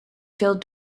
filled